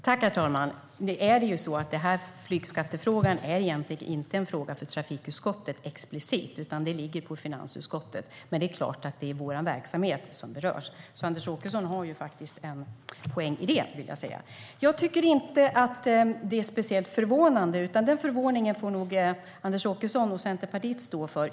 Herr talman! Flygskattefrågan är egentligen inte en fråga för trafikutskottet explicit, utan den ligger på finansutskottet. Men det är klart att det är vår verksamhet som berörs, så Anders Åkesson har en poäng i det. Jag tycker inte att det är speciellt förvånande, utan den förvåningen får nog Anders Åkesson och Centerpartiet stå för.